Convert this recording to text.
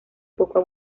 poco